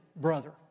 brother